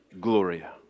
Gloria